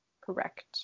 Correct